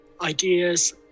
Ideas